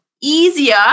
easier